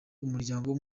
umuryango